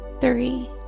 three